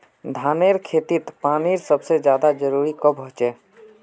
धानेर खेतीत पानीर सबसे ज्यादा जरुरी कब होचे?